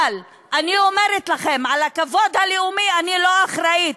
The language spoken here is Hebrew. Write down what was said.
אבל אני אומרת לכם, לכבוד הלאומי אני לא אחראית,